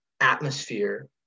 atmosphere